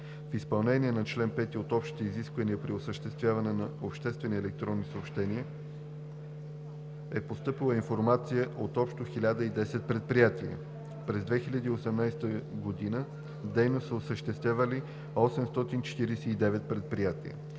В изпълнение на чл. 5 от Общите изисквания при осъществяване на обществени електронни съобщения е постъпила информация от общо 1010 предприятия. През 2018 г. дейност са осъществявали 849 предприятия,